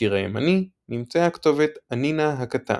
בקיר הימני נמצאה כתובת ”אנינא הקטן”